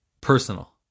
personal